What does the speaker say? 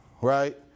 Right